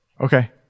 okay